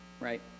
right